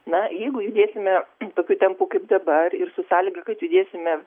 na jeigu judėsime tokiu tempu kaip dabar ir su sąlyga kad judėsime